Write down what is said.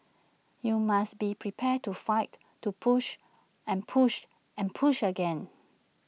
you must be prepared to fight to push and push and push again